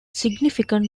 significant